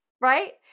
right